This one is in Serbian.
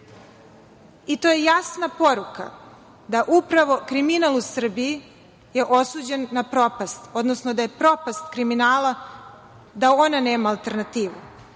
i to je jasna poruka da upravo kriminal u Srbiji je osuđena na propast, odnosno da je propast kriminala da ona nema alternativu. Reči